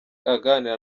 aganira